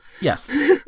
Yes